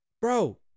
bro